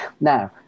Now